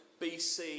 BC